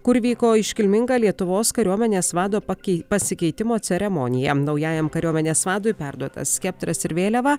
kur vyko iškilminga lietuvos kariuomenės vado pakei pasikeitimo ceremonija naujajam kariuomenės vadui perduotas skeptras ir vėliava